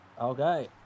Okay